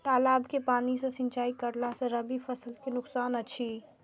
तालाब के पानी सँ सिंचाई करला स रबि फसल के नुकसान अछि?